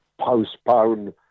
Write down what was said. postpone